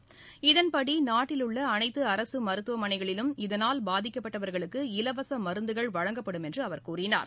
உள்ள இதன்படி நாட்டில் அனைத்து அரசு மருத்துவமனைகளிலும் இதனால் பாதிக்கப்பட்டவர்களுக்கு இலவச மருந்துகள் வழங்கப்படும் என்று அவர் கூறினார்